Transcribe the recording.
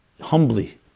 humbly